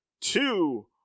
two